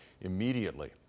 immediately